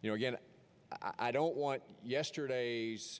you know again i don't want yesterday's